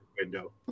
window